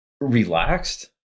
relaxed